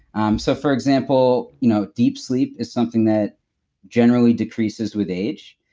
um so, for example, you know deep sleep is something that generally decreases with age.